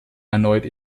erneut